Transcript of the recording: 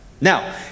Now